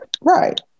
right